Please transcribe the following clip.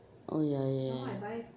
oh ya ya